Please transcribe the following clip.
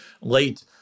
late